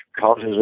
causes